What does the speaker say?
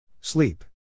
Sleep